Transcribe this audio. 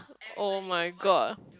oh-my-God